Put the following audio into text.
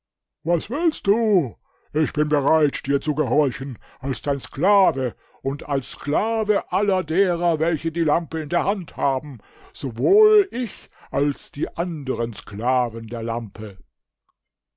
was willst du ich bin bereit dir zu gehorchen als dein sklave und als sklave aller derer welche die lampe in der hand haben sowohl ich als die anderen sklaven der lampe